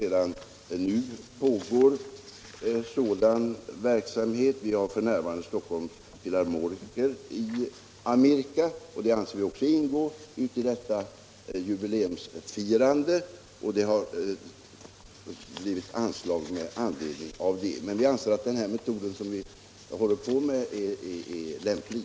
Redan nu pågår sådan verksamhet. F. n. är Stockholms filharmoniska orkester i Amerika, och det anser vi ingår i jubileumsfirandet. Det har beviljats anslag med anledning av detta. Vi anser att den metod som vi använder är lämplig.